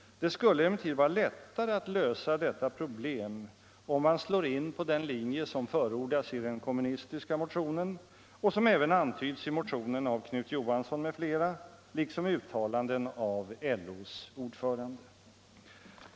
Det skulle emellertid vara lättare att lösa detta problem om man slår in på den linje som förordas i den kommunistiska motionen och som även antyds i motionen av Knut Johansson m.fl. liksom i uttalanden av LO:s ordförande.